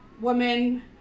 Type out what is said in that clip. woman